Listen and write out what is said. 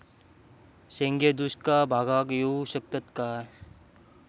शेंगे दुष्काळ भागाक येऊ शकतत काय?